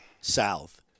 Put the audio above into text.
South